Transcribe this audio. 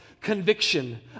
conviction